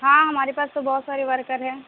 ہاں ہمارے پاس تو بہت سارے ورکر ہیں